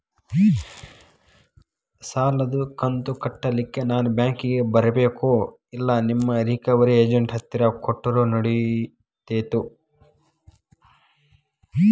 ಸಾಲದು ಕಂತ ಕಟ್ಟಲಿಕ್ಕೆ ನಾನ ಬ್ಯಾಂಕಿಗೆ ಬರಬೇಕೋ, ಇಲ್ಲ ನಿಮ್ಮ ರಿಕವರಿ ಏಜೆಂಟ್ ಹತ್ತಿರ ಕೊಟ್ಟರು ನಡಿತೆತೋ?